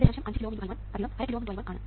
5 കിലോΩ × I1 അര കിലോΩ × I1 ആണ്